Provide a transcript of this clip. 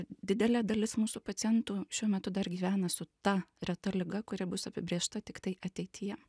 didelė dalis mūsų pacientų šiuo metu dar gyvena su ta reta liga kuri bus apibrėžta tiktai ateityje